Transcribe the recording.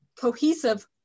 cohesive